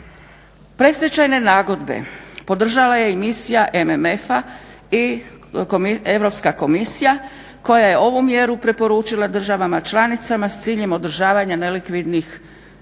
Predstečajne nagodbe podržala je i misija MMF-a i Europska komisija koja je ovu mjeru preporučila državama članicama s ciljem održavanja nelikvidnih poduzeća